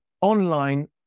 online